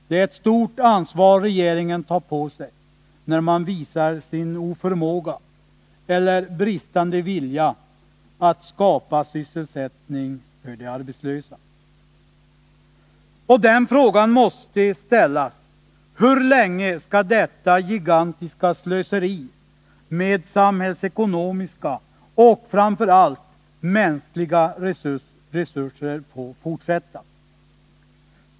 Det är ett stort ansvar regeringen tar på sig, när man visar sin oförmåga eller bristande vilja att skapa sysselsättning för de arbetslösa. En fråga som måste ställas är: Hur länge skall detta gigantiska slöseri med samhällsekonomiska och framför allt mänskliga resurser få fortsätta?